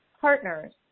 partners